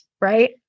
Right